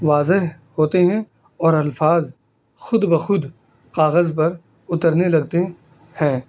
واضح ہوتے ہیں اور الفاظ خود بخود کاغذ پر اترنے لگتے ہیں